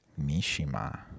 mishima